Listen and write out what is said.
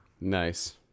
Nice